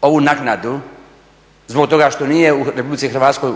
ovu naknadu zbog toga što nije u Republici Hrvatskoj